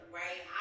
right